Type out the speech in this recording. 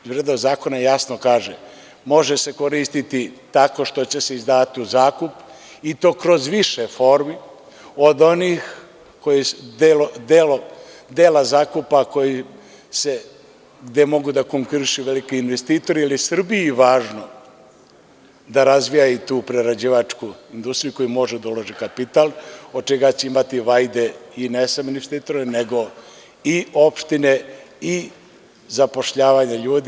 Priroda zakona jasno kaže – može se koristiti tako što će se izdavati u zakup i to kroz više formi od onih delova zakupa gde mogu da konkurišu veliki investitori, jer je Srbiji važno da razviju tu prerađivačku industriju u koju može da uloži kapital, od čega će imati vajde ne samo investitori nego i opštine i zapošljavanje ljudi.